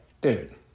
dude